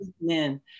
men